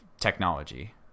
technology